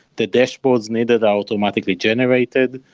the dashboards needed are automatically generated.